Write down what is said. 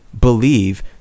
believe